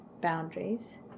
boundaries